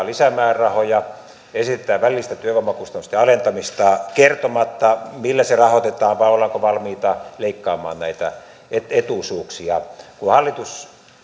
lisämäärärahoja esitetään välillisten työvoimakustannusten alentamista kertomatta millä se rahoitetaan vai ollaanko valmiita leikkaamaan näitä etuisuuksia kun hallitus